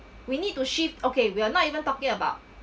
we need to shift okay we are not even talking about